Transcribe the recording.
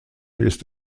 ist